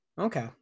Okay